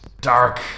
dark